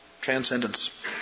Transcendence